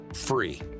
free